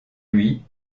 lui